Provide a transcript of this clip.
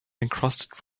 encrusted